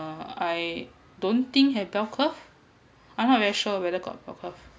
uh I don't think have bell curve I'm not very sure whether got bell curve